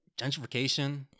gentrification